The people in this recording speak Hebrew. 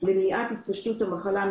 למניעת התפשטות המחלה,